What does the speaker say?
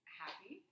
happy